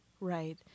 Right